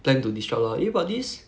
plan to disrupt ah eh but this